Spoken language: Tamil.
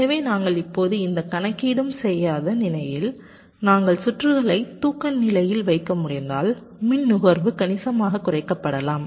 எனவே நாங்கள் இப்போது எந்த கணக்கீடும் செய்யாத நிலையில் நாங்கள் சுற்றுகளை தூக்க நிலையில் வைக்க முடிந்தால் மின் நுகர்வு கணிசமாகக் குறைக்கப்படலாம்